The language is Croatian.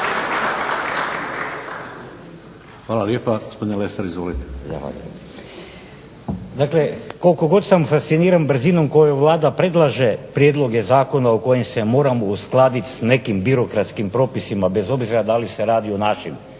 laburisti - Stranka rada)** Hvala. Dakle, koliko god sam fasciniran brzinom kojom Vlada predlaže prijedloge zakona o kojima se moramo uskladiti s nekim birokratskim propisima bez obzira da li se radi o našim